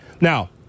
Now